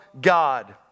God